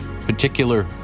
particular